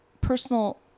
personal